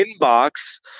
inbox